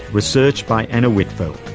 research by anna whitfeld,